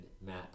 Matt